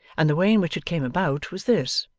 and the way in which it came about was this.